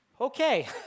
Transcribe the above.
okay